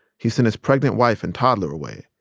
he sent his pregnant wife and toddler away.